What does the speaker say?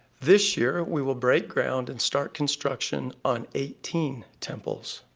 this year we will break ground and start construction on eighteen temples.